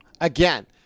again